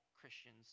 Christians